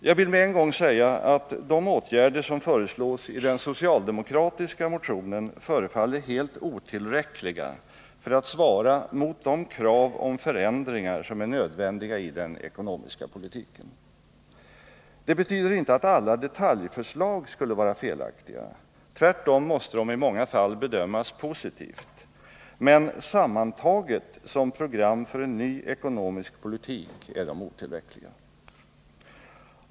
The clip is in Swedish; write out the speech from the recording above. Jag vill med en gång säga att de åtgärder som föreslås i den socialdemokratiska motionen förefaller helt otillräckliga för att kunna svara mot de krav på förändringar som är nödvändiga i den ekonomiska politiken. Det betyder inte att alla detaljförslag skulle vara felaktiga. Tvärtom måste de i många fall bedömas positivt. Men sammantaget såsom program för en ny ekonomisk politik är de otillräckliga.